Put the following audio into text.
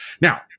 Now